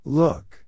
look